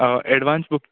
advance book